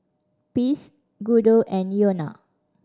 Ples Guido and Iona